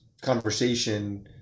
conversation